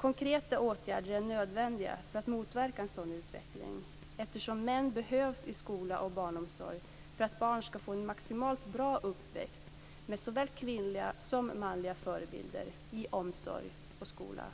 Konkreta åtgärder är nödvändiga för att motverka en sådan utveckling, eftersom män behövs i skola och barnomsorg för att barn skall få en maximalt bra uppväxt med såväl kvinnliga som manliga förebilder i omsorg och skola.